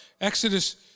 Exodus